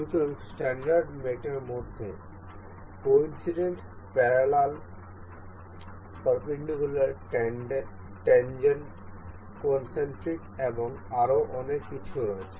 সুতরাং স্ট্যান্ডার্ড মেটের মধ্যে coincident parallel perpendicular tangent concentric এবং আরও অনেক কিছু রয়েছে